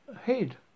head